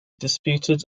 disputed